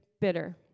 bitter